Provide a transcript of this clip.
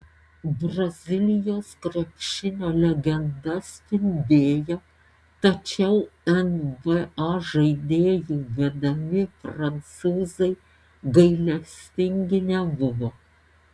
brazilijos krepšinio legenda spindėjo tačiau nba žaidėjų vedami prancūzai gailestingi nebuvo